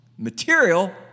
material